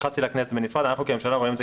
התייחסתי לכנסת בנפרד אנחנו כממשלה רואים את זה